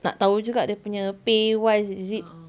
nak tahu juga dia punya pay wise is it